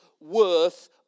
worth